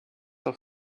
auf